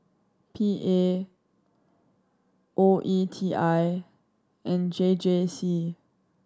P A O E T I and J J C